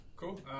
Cool